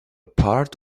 part